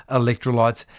electrolytes,